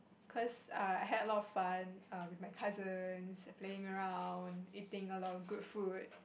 cause err I had a lot of fun um with my cousins and playing around eating a lot of good food